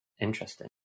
Interesting